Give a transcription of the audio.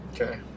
Okay